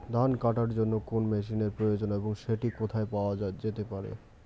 ধান কাটার জন্য কোন মেশিনের প্রয়োজন এবং সেটি কোথায় পাওয়া যেতে পারে?